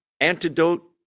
antidote